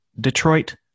Detroit